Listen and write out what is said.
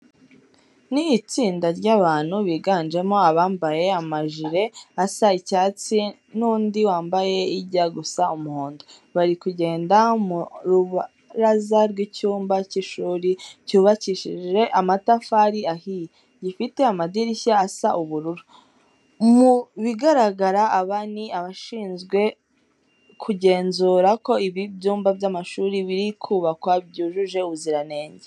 Ni itsinda ry'abantu biganjemo abambaye amajire asa icyatsi n'undi wambaye ijya gusa umuhondo. Bari kugenda mu rubaraza rw'icyumba cy'ishuri cyubakishije amatafari ahiye, gifite amadirishya asa ubururu. Mu bigaragara aba ni abashizwe kugenzura ko ibi byumba by'amashuri biri kubakwa byujuje ubuziranenge.